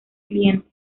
cliente